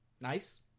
Nice